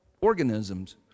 organisms